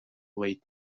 late